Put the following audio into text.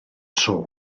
tro